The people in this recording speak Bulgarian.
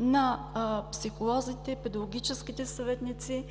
на психолозите, педагогическите съветници,